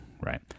right